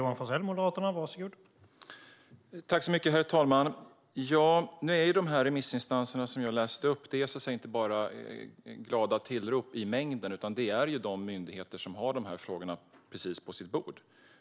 Herr talman! De remissinstanser jag räknade upp innebär inte bara glada tillrop i mängden, utan det är de myndigheter som har precis dessa frågor på sitt bord.